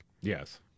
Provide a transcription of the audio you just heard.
Yes